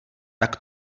tak